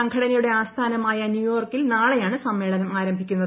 സംഘടനയുടെ ആസ്ഥാനമായ ന്യുയോർക്കിൽ നാളെയാണ് സമ്മേളനം ആരംഭിക്കുന്നത്